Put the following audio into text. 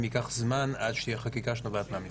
ייקח זמן עד שתהיה חקיקה שנובעת מהמתווה.